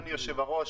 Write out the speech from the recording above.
אדוני היושב-ראש,